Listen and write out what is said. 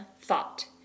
thought